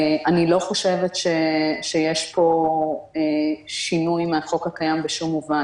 אני לא חושבת שיש פה שינוי מהחוק הקיים בשום מובן.